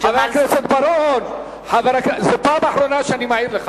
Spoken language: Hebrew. חבר הכנסת בר-און, זאת הפעם האחרונה שאני מעיר לך.